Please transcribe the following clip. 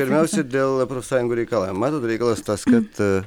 pirmiausia dėl profsąjungų reikalavimų matot reikalas tas kad